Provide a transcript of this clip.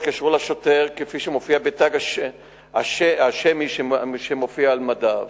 הם התקשרו לשוטר כפי שמופיע בתג השמי שמופיע על מדיו.